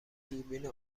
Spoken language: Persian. دوربین